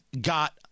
got